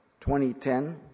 2010